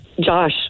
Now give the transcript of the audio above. Josh